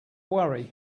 worry